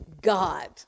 God